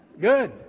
good